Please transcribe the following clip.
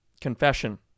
Confession